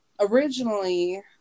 originally